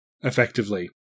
effectively